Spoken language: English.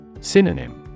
Synonym